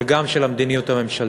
אבל גם של המדיניות הממשלתית.